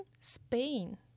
Spain